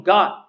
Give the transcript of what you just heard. God